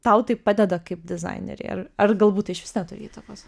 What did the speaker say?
tau tai padeda kaip dizainerei ar ar galbūt išvis neturi įtakos